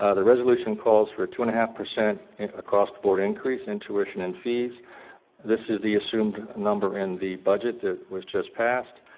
ah the resolution calls for two and a half percent across-the-board increase in tuition and fees this is the assumed number in the budget that was just passed.